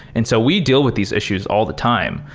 and so we deal with these issues all the time.